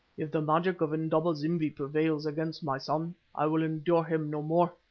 if the magic of indaba-zimbi prevails against my son i will endure him no more.